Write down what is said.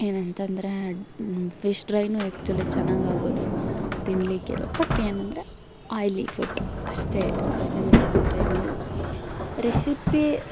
ಏನಂತ ಅಂದ್ರೆ ಫಿಶ್ ಡ್ರೈನೂ ಆಕ್ಚುಲಿ ಚೆನ್ನಾಗಾಗೋದು ತಿನ್ನಲಿಕ್ಕೆಲ್ಲ ಬಟ್ ಏನೆಂದ್ರೆ ಆಯ್ಲೀ ಫುಡ್ ಅಷ್ಟೆ ಅಷ್ಟೆ ಮತ್ತು ಅದು ಬಿಟ್ಟರೆ ಏನೂ ಇಲ್ಲ ರೆಸಿಪಿ